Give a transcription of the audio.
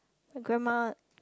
grandma